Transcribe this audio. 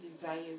desires